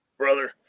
brother